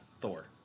Thor